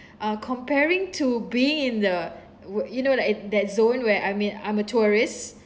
uh comparing to being in the wha~ you know that it that zone where I mean I'm a tourist